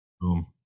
Boom